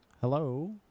Hello